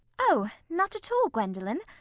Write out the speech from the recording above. oh! not at all, gwendolen.